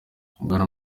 bwana